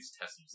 tests